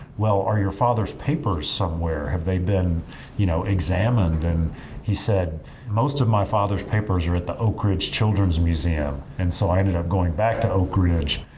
well are your father's papers somewhere, have they been you know examined? and he said most of my father's papers are at the oak ridge children's museum. and so i ended up going back to oak ridge.